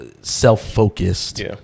self-focused